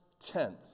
tenth